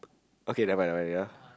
okay never mind never mind ya